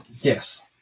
Yes